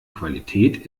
qualität